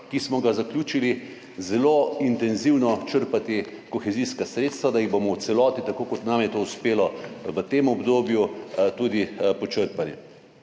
ki smo ga zaključili, zelo intenzivno črpati kohezijska sredstva, da jih bomo v celoti, tako kot nam je to uspelo v tem obdobju, tudi počrpali.